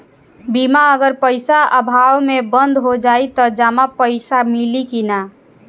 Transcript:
बीमा अगर पइसा अभाव में बंद हो जाई त जमा पइसा मिली कि न?